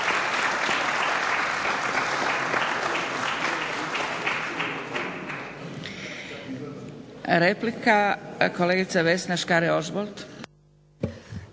Replika, kolegica Vesna Škare-Ožbolt.